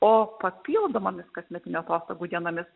o papildomomis kasmetinių atostogų dienomis